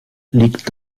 liegt